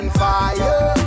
fire